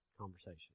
conversation